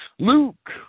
Luke